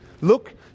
Look